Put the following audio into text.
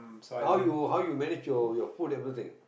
how you how you manage your your food everything